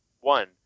one